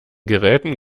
geräten